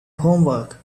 homework